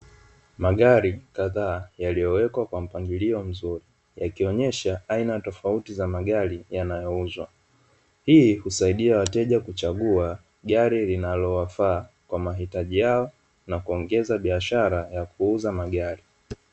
Magari kadhaa yaliyowekwa kwa mpangilio mzuri, yakionyesha aina tofauti za magari yanayouzwa. Hii husaidia wateja kuchagua gari linalowafaa kwa mahitaji yao, na kuongeza biashara ya kuuza magari.